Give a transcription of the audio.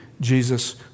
Jesus